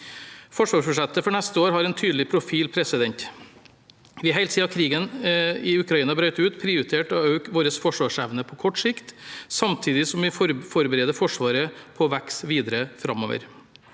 Forsvarsbudsjettet for neste år har en tydelig profil. Vi har helt siden krigen i Ukraina brøt ut, prioritert å øke vår forsvarsevne på kort sikt, samtidig som vi forbereder Forsvaret på vekst videre framover.